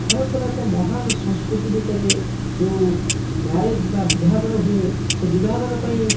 ଭାରତର ଏକ ମହାନ ସଂସ୍କୃତି ଭିତରେ ଯେଉଁ ମ୍ୟାରେଜ ବା ବିଭାଘର ହୁଏ ସେ ବିଭାଘର ପାଇଁ